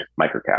microcaps